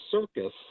circus